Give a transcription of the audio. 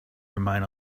remain